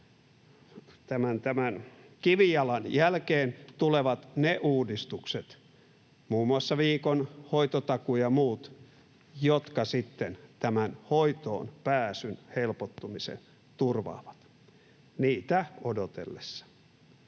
tämän kivijalan — jälkeen tulevat ne uudistukset, muun muassa viikon hoitotakuu ja muut, jotka sitten tämän hoitoonpääsyn helpottumisen turvaavat. Niitä odotellessa.